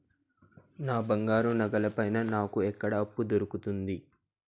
నా బంగారు నగల పైన నాకు ఎక్కడ అప్పు దొరుకుతుంది